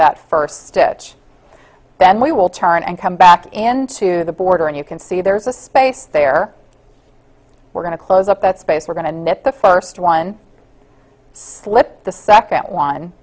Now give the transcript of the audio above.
that first stitch then we will turn and come back in to the border and you can see there's a space there we're going to close up that space we're going to knit the first one slip the second one